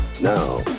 Now